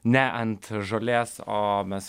ne ant žolės o mes